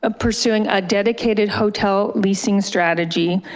ah pursuing a dedicated hotel leasing strategy,